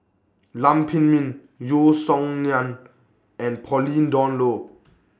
Lam Pin Min Yeo Song Nian and Pauline Dawn Loh